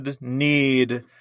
need